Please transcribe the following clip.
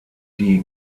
die